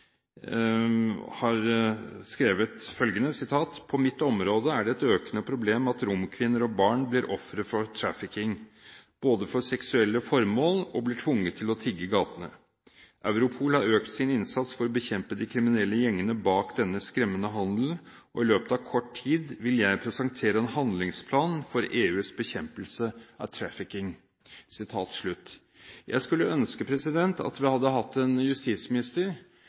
har skrevet følgende: «På mitt område er det et økende problem at Romkvinner og barn blir ofre for trafficking. Både for seksuelle formål og blir tvunget til å tigge i gatene. Europol har økt sin innsats for å bekjempe de kriminelle gjengene bak denne skremmende handel, og i løpet av kort tid vil jeg presentere en handlingsplan for EUs bekjempelse av trafficking.» Jeg skulle ønske at vi hadde hatt en justisminister